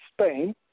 Spain